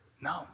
No